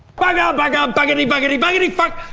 bugger, ah bugger, buggerty, buggerty, buggerty, fuck,